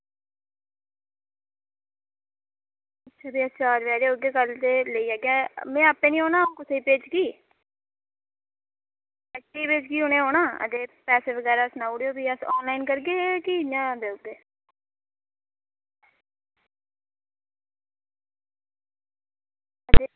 फिर अस चार बजे हारे औगे कल ते लेई जाह्गे में आपें निं औना होर कुसै गी भेजगी उ'नें औना ते पैसे बगैरा सनाई ओड़ेओ फ्ही आनलाइन करगे कि इ'यां देई ओड़गे